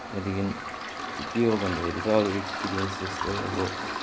त्यहाँदेखि त्यो के हो भन्दाखेरि चाहिँ अरू एक्सिपिरियन्स यस्तै अब